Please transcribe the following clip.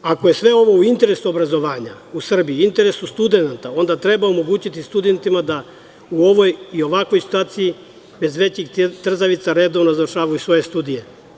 Ako je sve ovo u interesu obrazovanja u Srbiji, u interesu studenata, onda treba omogućiti studentima da u ovoj i u ovakvoj situaciji, bez većih trzavica, redovno završavaju svoje studije.